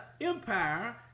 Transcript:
empire